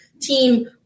team